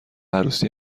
عروسی